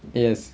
yes